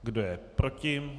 Kdo je proti?